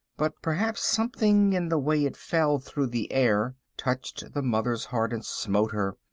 but perhaps something in the way it fell through the air touched the mother's heart and smote her,